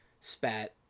spat